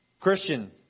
Christian